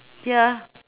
ya